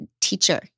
teacher